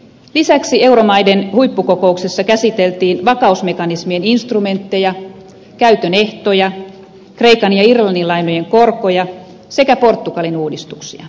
lisäksi euromaiden huippukokouksessa käsiteltiin vakausmekanismien instrumentteja käytön ehtoja kreikan ja irlannin lainojen korkoja sekä portugalin uudistuksia